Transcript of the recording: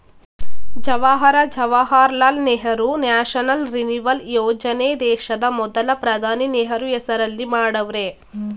Jawahar Jawaharlal Nehru national renewal ಯೋಜನೆ ದೇಶದ ಮೊದಲ ಪ್ರಧಾನಿ ನೆಹರು ಹೆಸರಲ್ಲಿ ಮಾಡವ್ರೆ